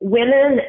women